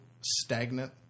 stagnant